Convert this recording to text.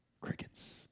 Crickets